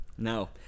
No